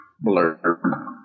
blur